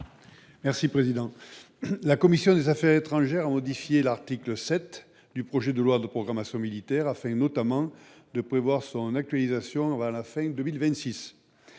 M. André Guiol. La commission des affaires étrangères a modifié l'article 7 du projet de loi de programmation militaire, notamment pour prévoir son actualisation à la fin de